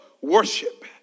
worship